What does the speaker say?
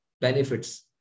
benefits